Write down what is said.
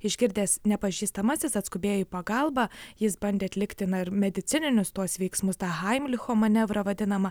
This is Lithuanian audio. išgirdęs nepažįstamasis atskubėjo į pagalbą jis bandė atlikti na ir medicininius tuos veiksmus tą haimlicho manevrą vadinamą